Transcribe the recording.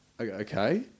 okay